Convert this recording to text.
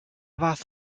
fath